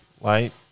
light